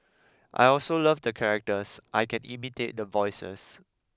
I also love the characters I can imitate the voices